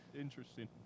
Interesting